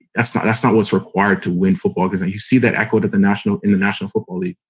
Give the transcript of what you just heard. that's not that's not what's required to win football. because and you see that echoed at the national in the national football league.